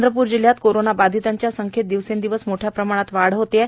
चंद्रपूर जिल्ह्यात कोरोना बाधितांची संख्येत दिवसेंदिवस मोठ्या प्रमाणात वाढ होत आहेत